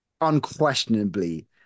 unquestionably